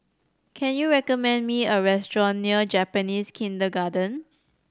can you recommend me a restaurant near Japanese Kindergarten